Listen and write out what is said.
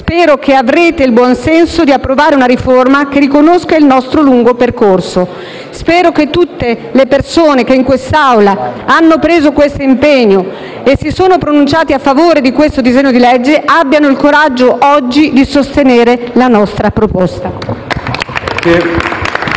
Spero che avrete il buonsenso di approvare una riforma che riconosca il nostro lungo percorso». Spero che tutte le persone che in quest'Aula hanno preso questo impegno e si sono pronunciate a favore di questo disegno di legge abbiano il coraggio, oggi, di sostenere la nostro proposta.